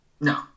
No